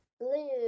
blue